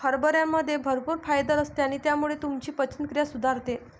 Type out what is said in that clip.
हरभऱ्यामध्ये भरपूर फायबर असते आणि त्यामुळे तुमची पचनक्रिया सुधारते